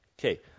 Okay